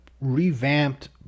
revamped